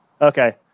Okay